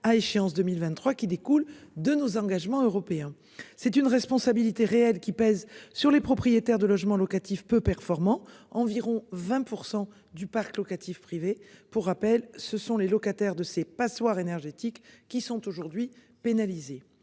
à échéance 2023, qui découle de nos engagements européens. C'est une responsabilité réelle qui pèse sur les propriétaires de logements locatifs peu performant, environ 20% du parc locatif privé. Pour rappel, ce sont les locataires de ces passoires énergétiques qui sont aujourd'hui pénalisés,